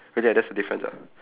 okay that's the difference ah